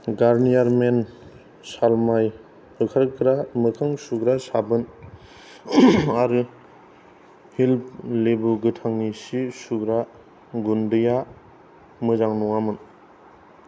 गारनियार men सालमाय होखारग्रा मोखां सुग्रा साबोन आरो हिल लेबु गोथांनि सि सुग्रा गुन्दैया मोजां नङामोन